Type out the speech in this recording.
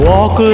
Walk